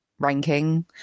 ranking